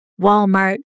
Walmart